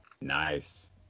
nice